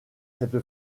cette